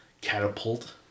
catapult